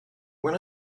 when